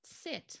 sit